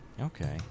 Okay